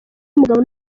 y’umugabo